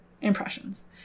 impressions